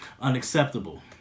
unacceptable